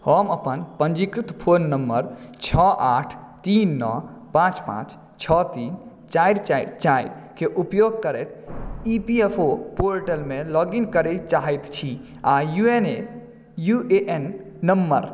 हम अपन पंजीकृत फोन नम्बर छओ आठ तीन नओ पाँच पाँच छओ तीन चारि चारि चारिक उपयोग करैत E P F O portal मे लॉग इन करय चाहैत छी आ यू एन ए नम्बर